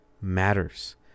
matters